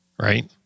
right